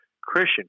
Christian